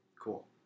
Cool